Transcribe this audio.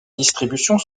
distributions